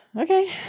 Okay